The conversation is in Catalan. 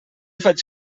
faig